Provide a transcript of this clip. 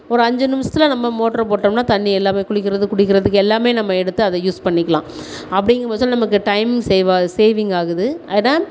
ஒரு அஞ்சு நிமிஷத்தில் நம்ம மோட்ரை போட்டோம்னா தண்ணி எல்லாமே குளிக்கிறது குடிக்கிறதுக்கு எல்லாமே நம்ம எடுத்து அதை யூஸ் பண்ணிக்கலாம் அப்படிங்கம் போது சொல்ல நமக்கு டைம் சேவ்வாகுது சேவிங் ஆகுது ஆனால்